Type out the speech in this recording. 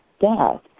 death